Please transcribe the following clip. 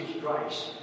Christ